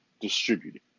distributed